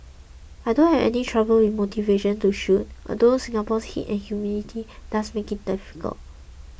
I don't have any trouble with motivation to shoot although Singapore's heat and humidity does make it difficult